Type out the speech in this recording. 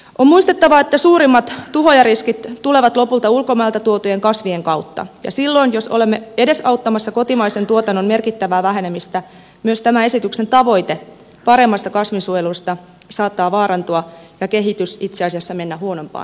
on muistettava että suurimmat tuhoojariskit tulevat lopulta ulkomailta tuotujen kasvien kautta ja silloin jos olemme edesauttamassa kotimaisen tuotannon merkittävää vähenemistä myös tämän esityksen tavoite paremmasta kasvinsuojelusta saattaa vaarantua ja kehitys itse asiassa mennä huonompaan suuntaan